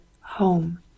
Home